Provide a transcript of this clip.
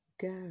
go